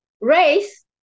Race